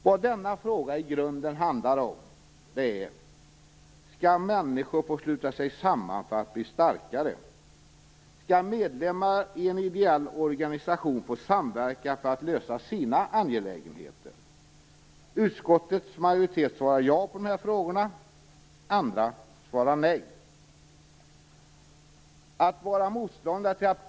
Vad denna fråga i grunden handlar om är: Skall människor få sluta sig samman för att bli starkare? Skall medlemmar i en ideell organisation få samverka för att lösa sina angelägenheter? Utskottets majoritet svarar ja på de här frågorna - andra svarar nej.